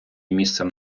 місцем